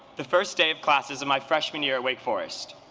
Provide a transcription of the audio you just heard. the first day of classes of my freshman year at wake forest.